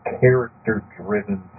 character-driven